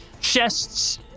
chests